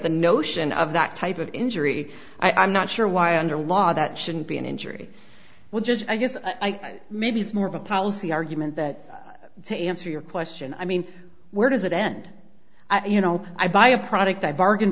the notion of that type of injury i'm not sure why under law that shouldn't be an injury would just i guess i maybe it's more of a policy argument that to answer your question i mean where does it end you know i buy a product i bargain